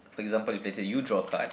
for example if it's a you draw card